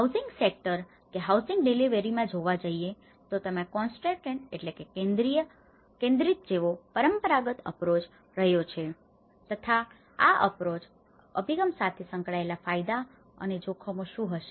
housing sector કે housing ડિલેવરીમાં જોવા જઈએ તો તેમાં કોન્સનટ્રેટેડ concentrated કેન્દ્રિત જેવો પરંપરાગત અપ્રોચ approach અભિગમ રહ્યો છે તથા આ અપ્રોચ approach અભિગમ સાથે સંકળાયેલા ફાયદા અને જોખમો શું હશે